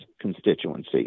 constituency